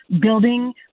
building